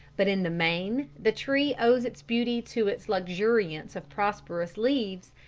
but in the main the tree owes its beauty to its luxuriance of prosperous leaves,